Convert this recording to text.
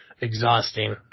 exhausting